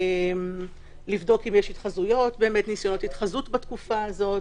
לראות אם יש התחזויות בתקופה הזאת.